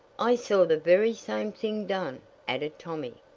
i saw the very same thing done, added tommy,